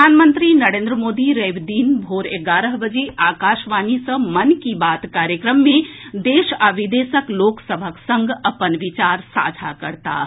प्रधानमंत्री नरेन्द्र मोदी रवि दिन भोर एगारह बजे आकाशवाणी सँ मन की बात कार्यक्रम मे देश आ विदेशक लोक सभक संग अपन विचार साझा करताह